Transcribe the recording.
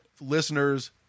Listeners